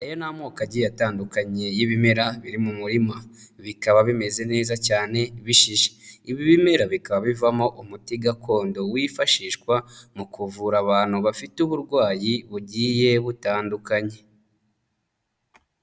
Ayo ni amoko agiye atandukanye y'ibimera biri mu murima, bikaba bimeze neza cyane bishishe. Ibi bimera bikaba bivamo umuti gakondo wifashishwa mu kuvura abantu bafite uburwayi bugiye butandukanye.